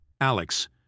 Alex